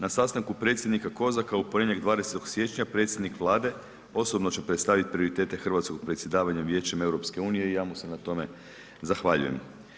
Na sastanku predsjednika Kozaka u ponedjeljak 20. siječnja predsjednik Vlade osobno će predstavit prioritete hrvatskog predsjedavanja Vijećem EU i ja mu se na tome zahvaljujem.